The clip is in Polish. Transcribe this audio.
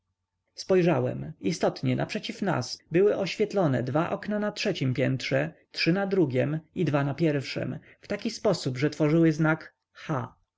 spojrzałem istotnie naprzeciw nas były oświetlone dwa okna na trzeciem piętrze trzy na drugiem i dwa na pierwszem w taki sposób że tworzyły znak